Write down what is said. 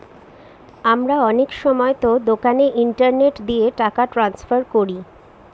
আমরা অনেক সময়তো দোকানে ইন্টারনেট দিয়ে টাকা ট্রান্সফার করি